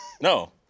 No